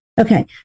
okay